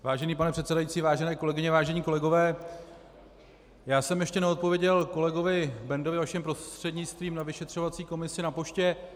Vážený pane předsedající, vážené kolegyně, vážení kolegové, já jsem ještě neodpověděl kolegovi Bendovi vaším prostřednictvím na vyšetřovací komisi na poště.